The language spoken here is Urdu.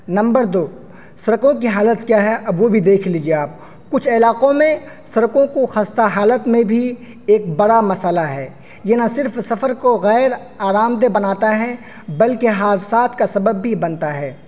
نمبر دو سڑکوں کی حالت کیا ہے اب وہ بھی دیکھ لیجیے آپ کچھ علاقوں میں سڑکوں کو خستہ حالت میں بھی ایک بڑا مسئلہ ہے یہ نہ صرف سفر کو غیر آرام دہ بناتا ہے بلکہ حادثات کا سبب بھی بنتا ہے